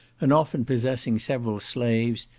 and often possessing several slaves,